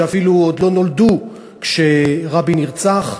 שאפילו עוד לא נולדו כשרבין נרצח,